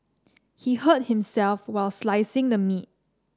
he hurt himself while slicing the meat